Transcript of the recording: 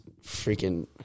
freaking